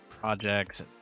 projects